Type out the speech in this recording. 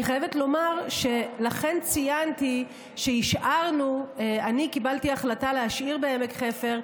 אני חייבת לומר שלכן ציינתי שקיבלתי החלטה להשאיר בעמק חפר,